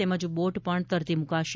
તેમજ બોટ પણ તરતી મૂકાશે